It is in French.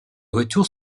retour